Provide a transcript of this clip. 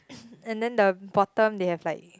and then the bottom they have like